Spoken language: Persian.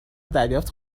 دریافت